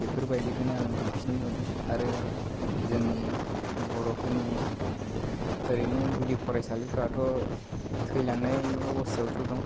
बेफोरबायदिखौनो आं बांसिन नुदों आरो जोंनि बर'फोरनि ओरैनो गुदि फरायसालिफ्राथ' थैलांनाय अब'स्थायावसो दं